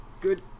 Good